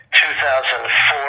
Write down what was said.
2004